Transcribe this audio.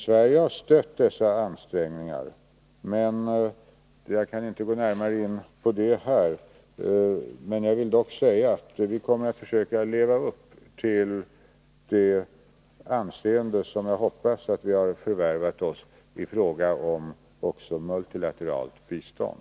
Sverige har stött dessa ansträngningar, men jag kan inte gå närmare in på detta här. Jag vill dock säga att vi kommer att försöka leva upp till det anseende som jag hoppas att vi har förvärvat oss i fråga om också multilateralt bistånd.